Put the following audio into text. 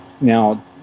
Now